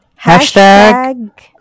Hashtag